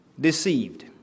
deceived